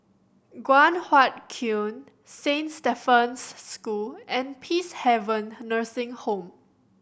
Guan Huat Kiln Saint Stephen's School and Peacehaven Nursing Home